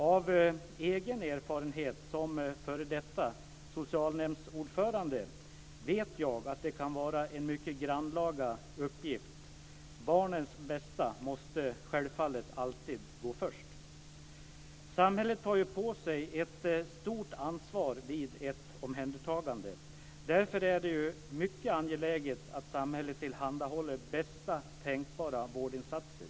Av egen erfarenhet - jag är f.d. socialnämndsordförande - vet jag att det kan vara en mycket grannlaga uppgift. Barnens bästa måste självfallet alltid gå först. Samhället tar på sig ett stort ansvar vid ett omhändertagande. Därför är det mycket angeläget att samhället tillhandahåller bästa tänkbara vårdinsatser.